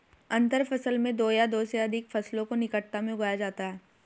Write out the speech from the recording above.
अंतर फसल में दो या दो से अघिक फसलों को निकटता में उगाया जाता है